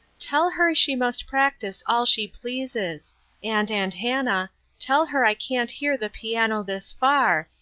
tell her she must practice all she pleases and, aunt hannah tell her i can't hear the piano this far,